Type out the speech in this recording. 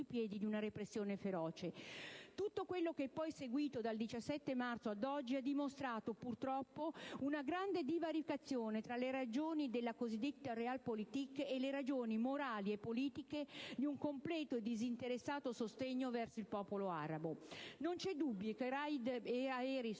piedi di una repressione feroce. Tutto quello che poi è seguito dal 17 marzo ad oggi ha dimostrato, purtroppo, una grande divaricazione tra le ragioni della cosiddetta *Realpolitik* e le ragioni morali e politiche di un completo e disinteressato sostegno verso il popolo arabo. Sul quotidiano dei